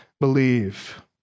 believe